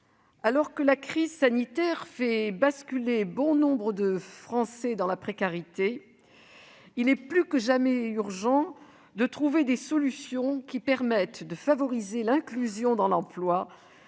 alors que la crise sanitaire fait basculer nombre de Français dans la précarité, il est plus que jamais urgent de trouver des solutions qui permettent de favoriser l'inclusion dans l'emploi